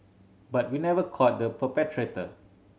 but we never caught the perpetrator